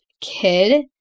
kid